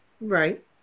right